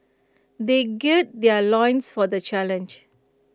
they gird their loins for the challenge